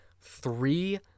three